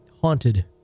haunted